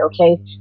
Okay